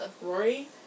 Rory